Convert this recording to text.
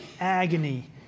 agony